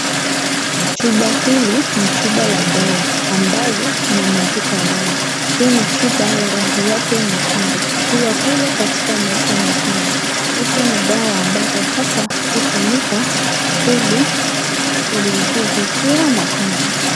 Chupa hili ni chupa la dawa ambayo imemwagika dawa. Hii ni chupa ya rangi yake nyekundu, ikiwa pale katika meza nyekundu hizi ni dawa ambazo hasa utumika ili kuzuia mangonjwa.